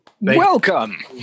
Welcome